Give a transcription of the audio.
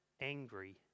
angry